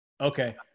Okay